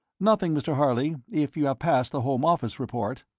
nothing, mr. harley, if you have passed the home office report?